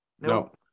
No